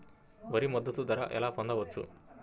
వరి మద్దతు ధర ఎలా పొందవచ్చు?